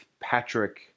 Patrick –